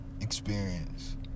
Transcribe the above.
experience